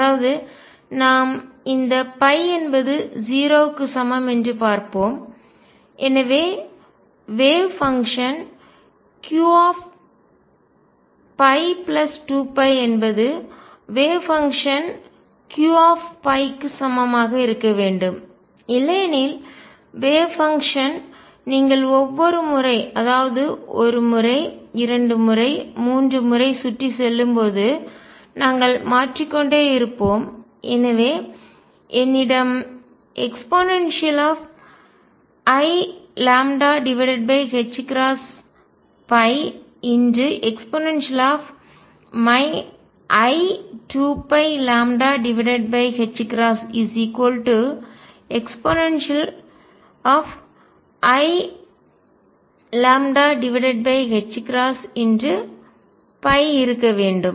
அதாவது நாம் இந்த என்பது 0 க்கு சமம் என்று பார்ப்போம்எனவே வேவ் பங்ஷன் அலை செயல்பாடு Q ϕ 2 π என்பது வேவ் பங்ஷன் அலை செயல்பாடு Q ϕ க்கு சமமாக இருக்க வேண்டும் இல்லையெனில் வேவ் பங்ஷன் அலை செயல்பாடு நீங்கள் ஒவ்வொரு முறை அதாவது ஒரு முறை இரண்டு முறைமூன்று முறை சுற்றி செல்லும்போது நாங்கள் மாற்றிக்கொண்டே இருப்போம் எனவே என்னிடம் eiλϕ ei2πλ eiλϕ இருக்க வேண்டும்